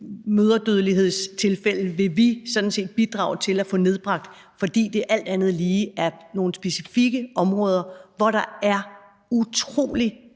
mødredødelighedstilfælde vi sådan set vil bidrage til at få nedbragt, fordi det alt andet lige er nogle specifikke områder, hvor der er utrolig